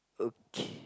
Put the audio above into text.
okay